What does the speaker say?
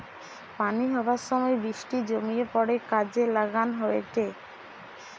পানি হবার সময় বৃষ্টি জমিয়ে পড়ে কাজে লাগান হয়টে